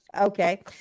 Okay